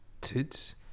tits